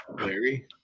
Larry